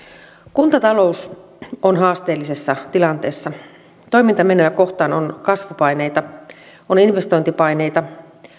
kuntatalous on haasteellisessa tilanteessa toimintamenoja kohtaan on kasvupaineita on investointipaineita